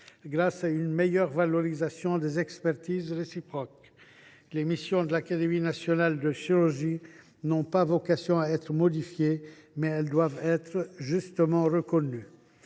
grâce à une meilleure valorisation des expertises réciproques. Les missions de l’Académie nationale de chirurgie n’ont pas vocation à être modifiées, mais elles doivent être reconnues